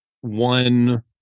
one